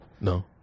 No